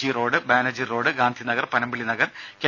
G road Banerjee road Gandhi Nagar Panampilly Nagar K